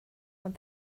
ond